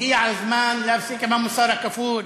הגיע הזמן להפסיק עם המוסר הכפול,